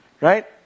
right